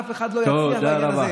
אף אחד לא יצליח בעניין הזה.